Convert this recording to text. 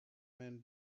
man